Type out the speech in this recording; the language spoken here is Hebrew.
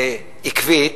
נחושה ועקבית,